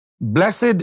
Blessed